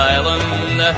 Island